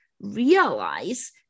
realize